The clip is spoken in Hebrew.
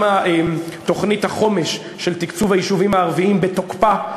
גם תוכנית החומש של תקצוב היישובים הערביים בתוקפה.